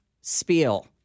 spiel